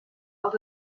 als